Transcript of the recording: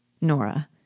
Nora